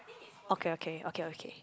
okay okay okay okay